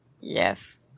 Yes